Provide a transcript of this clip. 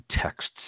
texts